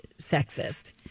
sexist